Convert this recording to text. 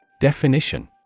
Definition